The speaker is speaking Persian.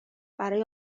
برای